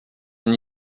n’y